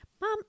mom